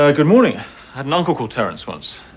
ah good morning. i had an uncle terence once.